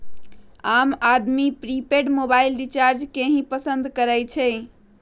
आम आदमी prepaid mobile recharge के ही पसंद करई छई